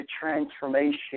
transformation